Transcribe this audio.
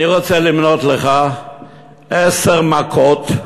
אני רוצה למנות לך עשר מכות.